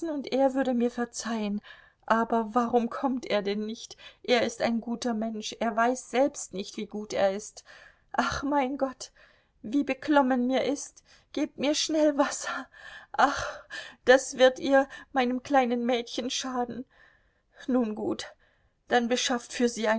und er würde mir verzeihen aber warum kommt er denn nicht er ist ein guter mensch er weiß selbst nicht wie gut er ist ach mein gott wie beklommen mir ist gebt mir schnell wasser ach das wird ihr meinem kleinen mädchen schaden nun gut dann beschafft für sie